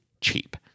cheap